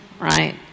right